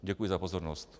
Děkuji za pozornost.